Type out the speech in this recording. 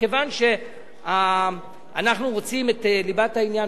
מכיוון שאנחנו רוצים את ליבת העניין,